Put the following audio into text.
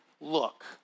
look